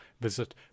visit